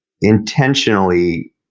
intentionally